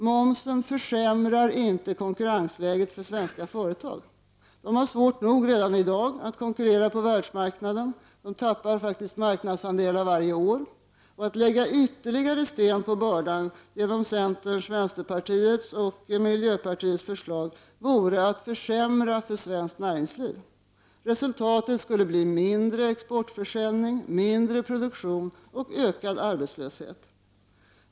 Momsen försämrar inte konkurrensläget för svenska företag. De har svårt redan i dag att konkurrera på världsmarknaden — de tappar faktiskt marknadsandelar varje år — och att lägga ytterligare sten på bördan genom centerns, vänsterpartiets och miljöpartiets förslag vore att försämra för svenskt näringsliv. Resultatet skulle bli mindre exportförsäljning, mindre produktion och ökad arbetslöshet.